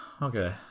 Okay